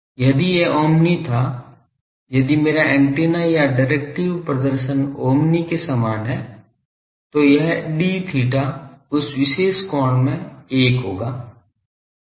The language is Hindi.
यदि यह ओमनी था यदि मेरा एंटीना का डायरेक्टिव प्रदर्शन ओमनी के समान है तो यह d theta उस विशेष कोण में 1 होगा